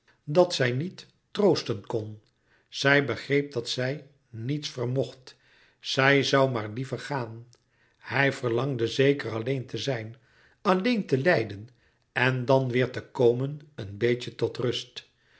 dat zij niet troosten kon zij begreep dat zij niets vermocht zij zoû maar liever gaan hij verlangde zeker alleen te zijn alleen te lijden en dan weêr te komen een beetje tot rust